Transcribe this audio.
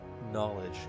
knowledge